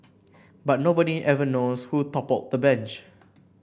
but nobody ever knows who toppled the bench